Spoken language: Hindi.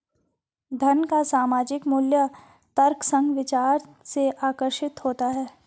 धन का सामयिक मूल्य तर्कसंग विचार से आकर्षित होता है